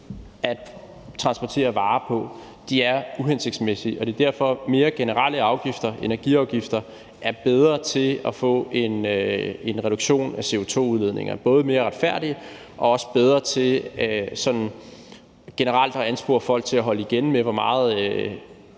at transportere varer på – er uhensigtsmæssige, og det er derfor, at mere generelle afgifter, altså energiafgifter, er bedre til at give en reduktion af CO2-udledninger. De er både mere retfærdige og også bedre til sådan generelt at anspore folk til at holde igen med, hvor meget